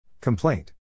Complaint